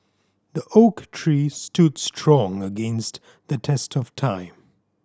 the oak tree stood strong against the test of time